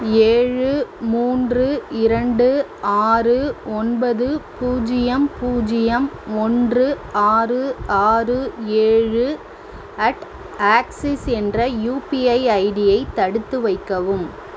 ஏழு மூன்று இரண்டு ஆறு ஒன்பது பூஜ்ஜியம் பூஜ்ஜியம் ஒன்று ஆறு ஆறு ஏழு அட் ஆக்சிஸ் என்ற யுபிஐ ஐடியை தடுத்து வைக்கவும்